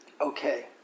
Okay